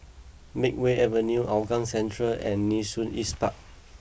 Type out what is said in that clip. Makeway Avenue Hougang Central and Nee Soon East Park